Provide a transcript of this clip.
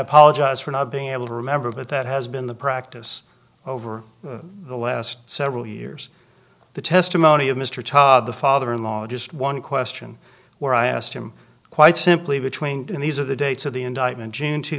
apologize for not being able to remember but that has been the practice over the last several years the testimony of mr tague the father in law of just one question where i asked him quite simply between these are the dates of the indictment june two